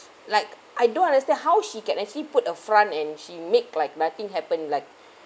like I don't understand how she can actually put a front and she make like nothing happen like